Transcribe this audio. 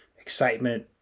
excitement